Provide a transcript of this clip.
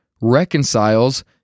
reconciles